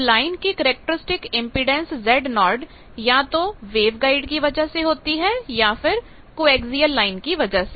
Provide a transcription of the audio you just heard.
अब लाइन की characteristic impedance Zo या तो वेवगाइड की वजह से होती है या फिर कोएक्सियल लाइन की वजह से